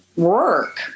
Work